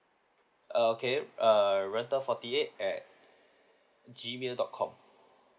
uh okay err radar forty eight at G mail dot com